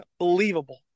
unbelievable